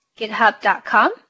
github.com